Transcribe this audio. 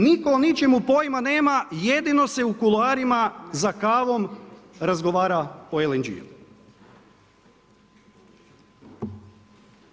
Nitko o ničemu pojma nema, jedino se u kuloarima, za kavom, razgovara o LNG-u.